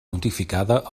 notificada